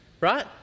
right